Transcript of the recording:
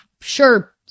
sure